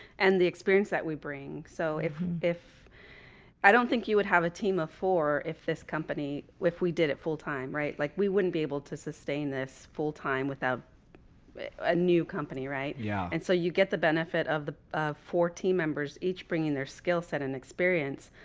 and the experience that we bring, so if if i don't think you would have a team of four if this company if we did it full time, right like we wouldn't be able to sustain this full time without a new company. right, yeah. and so you get the benefit of the fourteen members, each bringing their skill set and experience,